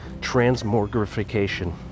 transmogrification